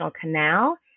canal